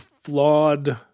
flawed